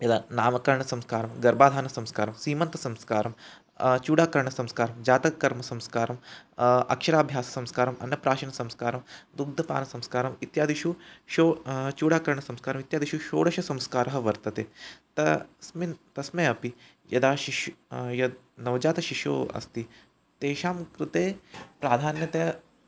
यदा नामकरणसंस्कारः गर्भाधानसंस्कारः सीमन्तसंस्कारः चूडाकरणसंस्कारः जातकर्मसंस्कारः अक्षराभ्याससंस्कारः अन्नप्राशनसंस्कारः दुग्धपानसंस्कारः इत्यादिषु षो चूडाकरणसंस्कारः इत्यादिषु षोडशसंस्कारः वर्तते तस्मिन् तस्मै अपि यदा शिशुः यद् नवजातशिशुः अस्ति तेषां कृते प्राधान्यतया